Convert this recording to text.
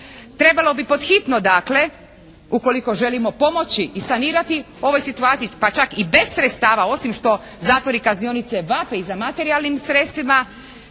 Trebalo bi pod hitno dakle ukoliko želimo pomoći i sanirati u ovoj situaciji pa čak i bez sredstava osim što zatvori i kaznionice vape i za materijalnim sredstvima